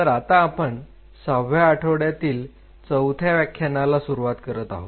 तर आता आपण सहाव्या आठवड्यातील चौथ्या व्याख्यानाला सुरुवात करत आहोत